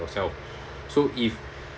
yourself so if